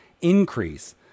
increase